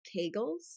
Kegels